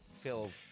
feels